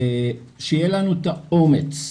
שיהיה לנו את האומץ,